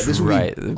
Right